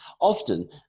often